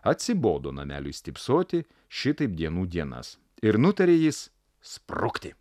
atsibodo nameliui stypsoti šitaip dienų dienas ir nutarė jis sprukti